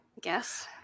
guess